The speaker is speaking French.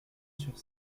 sur